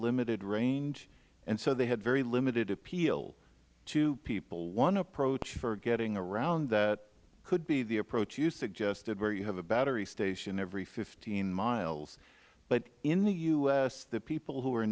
limited range and so they had very limited appeal to people one approach for getting around that could be the approach you suggested where you have a battery station every fifteen miles but in the u s the people who are